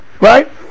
right